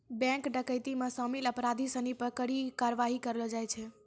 bank डकैती मे शामिल अपराधी सिनी पे कड़ी कारवाही करलो जाय छै